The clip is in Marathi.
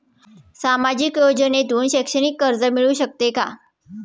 सामाजिक योजनेतून शैक्षणिक कर्ज मिळू शकते का?